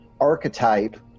archetype